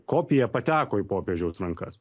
kopija pateko į popiežiaus rankas